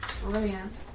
Brilliant